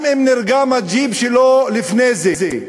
גם אם נרגם הגי'פ שלו לפני זה,